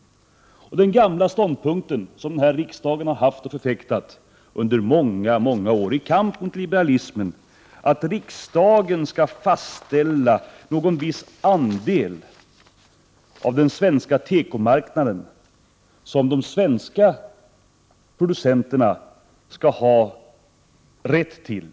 Den gamla ståndpunkten som riksdagen under många år har förfäktat i kamp mot liberalismen har varit den att riksdagen skall fastställa någon viss andel av den svenska tekomarknaden som de svenska producenterna skall ha rätt till.